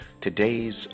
today's